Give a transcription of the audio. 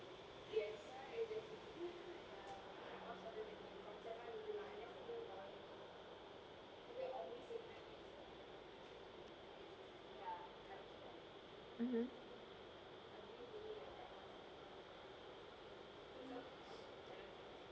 mmhmm